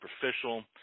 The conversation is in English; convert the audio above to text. superficial